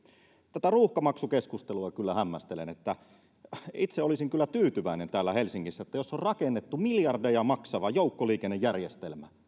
tätä ruuhkamaksukeskustelua kyllä hämmästelen itse olisin kyllä tyytyväinen täällä helsingissä eli jos on rakennettu miljardeja maksava joukkoliikennejärjestelmä